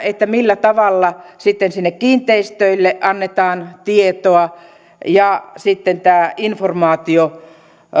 siitä millä tavalla sitten sinne kiinteistöille annetaan tietoa ja tämä informaatio